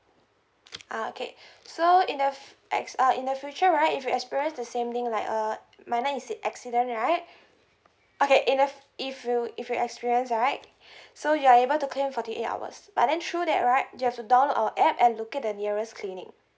uh okay so in the f~ ex~ uh in the future right if you experience the same thing like uh minor inci~ accident right okay in the if you if you experience right so you are able to claim forty eight hours but then through that right you have to download our app and look at the nearest clinic